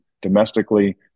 domestically